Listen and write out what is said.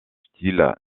style